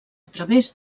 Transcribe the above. través